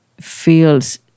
feels